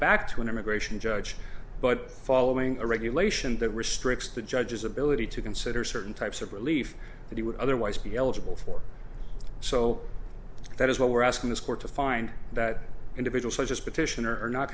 back to an immigration judge but following a regulation that restricts the judge's ability to consider certain types of relief that he would otherwise be eligible for so that is what we're asking this court to find that individual such as petition